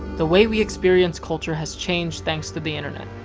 the way we experience culture has changed thanks to the internet.